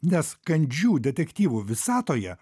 nes kandžių detektyvų visatoje